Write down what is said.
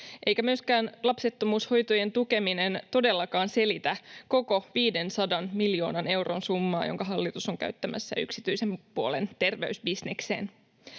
Eikä lapsettomuushoitojen tukeminen todellakaan myöskään selitä koko 500 miljoonan euron summaa, jonka hallitus on käyttämässä yksityisen puolen terveysbisnekseen.